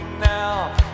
now